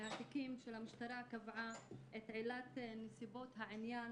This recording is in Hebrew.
מהתיקים המשטרה קבעה את עילת נסיבות העניין